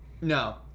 no